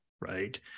right